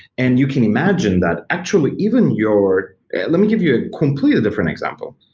and you can imagine that actually even your let me give you a completely different example.